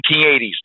1980s